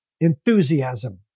Enthusiasm